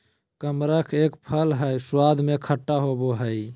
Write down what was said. कमरख एक फल हई स्वाद में खट्टा होव हई